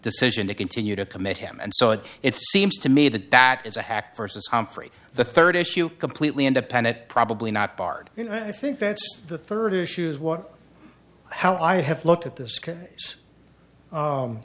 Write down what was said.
decision to continue to commit him and so it seems to me that that is a hack versus humphrey the third issue completely independent probably not barred and i think that's the third issue is what how i have looked at this